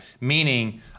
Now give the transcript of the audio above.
Meaning